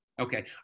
Okay